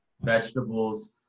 vegetables